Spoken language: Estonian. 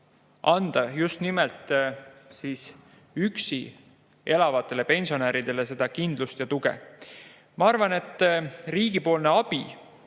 anda just nimelt üksi elavatele pensionäridele kindlust ja tuge. Ma arvan, et riigi abi